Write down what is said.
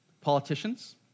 Politicians